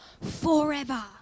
forever